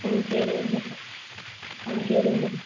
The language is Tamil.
ம் சரிங்க மேடம் ம் சரிங்க மேடம்